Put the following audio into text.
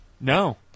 No